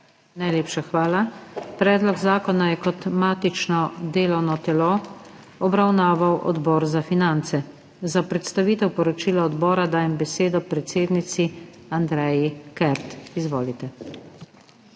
Najlepša hvala. Predlog zakona je kot matično delovno telo obravnaval Odbor za finance. Za predstavitev poročila odbora dajem besedo predsednici Andreji Kert. Izvolite.